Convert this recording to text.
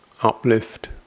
uplift